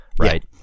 right